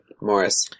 Morris